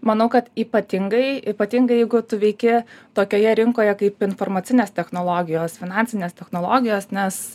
manau kad ypatingai ypatingai jeigu tu veiki tokioje rinkoje kaip informacinės technologijos finansinės technologijos nes